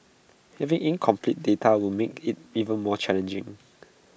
having incomplete data will make IT even more challenging